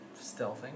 stealthing